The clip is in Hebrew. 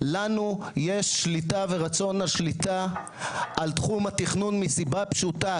לנו יש שליטה ורצון השליטה על תחום התכנון מסיבה פשוטה,